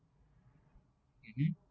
you need